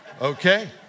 okay